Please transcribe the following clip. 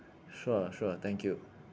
sure sure thank you